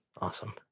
Awesome